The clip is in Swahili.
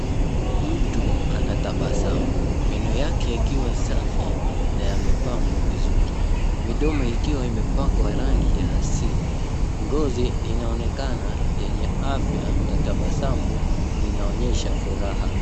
Mtu anatabasamu , meno yake yakiwa safi na yamepangwa vizuri, midomo ikiwa imepakwa rangi ya asili. Ngozi inaonekana yenye afya na tabasamu linaonyesha furaha.